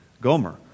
Gomer